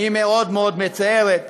היא מאוד מאוד מצערת,